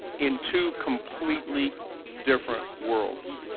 in two completely different worlds.